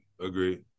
Agree